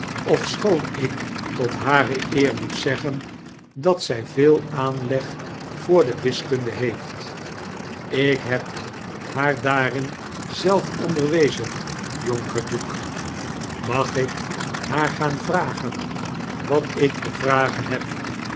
ofschoon ik tot hareeer moet zeggen dat zij veel aanleg voor de wiskunde heeft ik heb haar daarin zelf onderwezen jonker duke mag ik haar gaan vragen wat ik tevragen heb